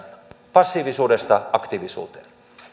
passiivisuudesta aktiivisuuteen